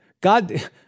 God